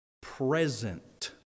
present